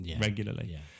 regularly